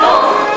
צו אלוף?